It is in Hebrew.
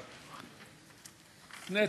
נטו.